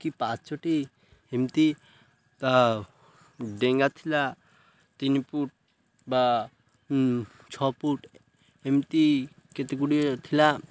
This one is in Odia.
କି ପାଞ୍ଚଟି ଏମିତି ଡେଙ୍ଗା ଥିଲା ତିନି ଫୁଟ୍ ବା ଛଅ ଫୁଟ୍ ଏମିତି କେତେ ଗୁଡ଼ିଏ ଥିଲା